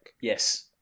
Yes